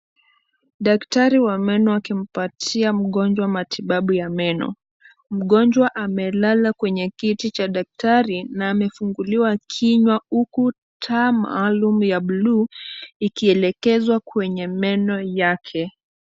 Daktari wa meno akimpatia mgonjwa matibabu ya meno. Mgonjwa amelala kwenye kiti cha daktari na amefunguliwa kinywa huku taa maalum ya bluu, ikielekezwa kwenye meno yake.